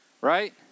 right